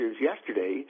yesterday